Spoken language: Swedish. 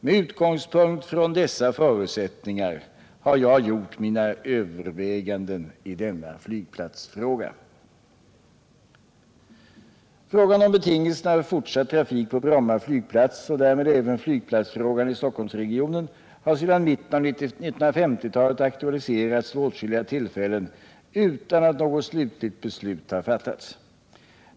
Med utgångspunkt i dessa förutsättningar har jag gjort mina överväganden i denna flygplatsfråga. Frågan om betingelserna för fortsatt trafik på Bromma flygplats och därmed även flygplatsfrågan i Stockholmsregionen har sedan mitten av 1950-talet aktualiserats vid åtskilliga tillfällen utan att något slutligt beslut har fattats.